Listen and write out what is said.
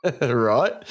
right